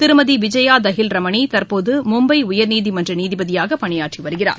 திருமதிவிஜயாதஹில் ரமணிதற்போது மும்பை உயா்நீதிமன்றநீதிபதியாகபணியாற்றிவருகிறார்